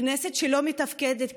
כנסת שלא מתפקדת,